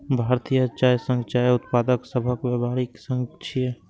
भारतीय चाय संघ चाय उत्पादक सभक व्यापारिक संघ छियै